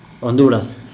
Honduras